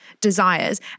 desires